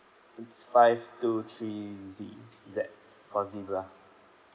it's five two three Z Z for zebra